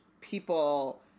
people